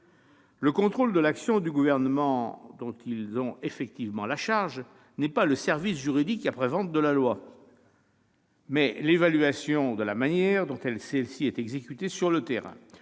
Le contrôle de l'action du Gouvernement, dont ils ont effectivement la charge, n'est pas le service juridique après-vente de la loi, mais l'évaluation de la manière dont celle-ci est exécutée sur le terrain.